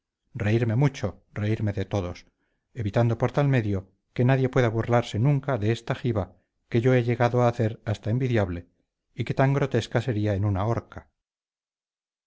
reírme mucho reírme de todos evitando por tal medio que nadie pueda burlarse nunca de esta giba que yo he llegado a hacer hasta envidiable y que tan grotesca sería en una horca